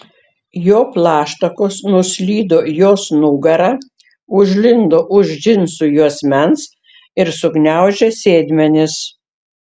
jo plaštakos nuslydo jos nugara užlindo už džinsų juosmens ir sugniaužė sėdmenis